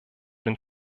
den